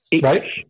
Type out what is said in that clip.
Right